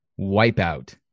Wipeout